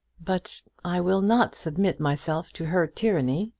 but i will not submit myself to her tyranny.